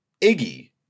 Iggy